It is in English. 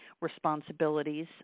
responsibilities